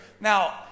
Now